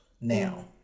now